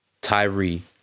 Tyree